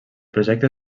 projecte